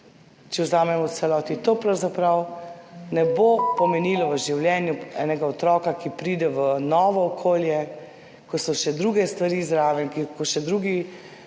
če vzamemo v celoti, to pravzaprav v življenju enega otroka, ki pride v novo okolje, ko so še druge stvari zraven, ko še drugi